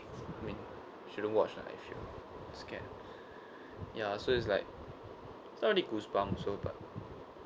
I mean shouldn't watch lah if you're scared ya so it's like it's only goosebumps so but